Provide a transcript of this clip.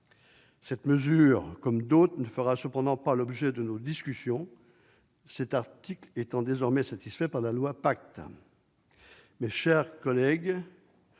Cette mesure, comme d'autres, ne fera cependant pas l'objet de nos discussions, cet article étant désormais satisfait par la loi Pacte. Mes chers collègues,